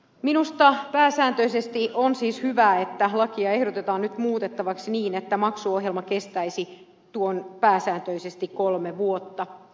minusta pääsääntöisesti on siis hyvä että lakia ehdotetaan nyt muutettavaksi niin että maksuohjelma kestäisi pääsääntöisesti tuon kolme vuotta